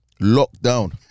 Lockdown